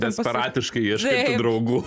desperatiškai ieškai tų draugų